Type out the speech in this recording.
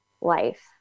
life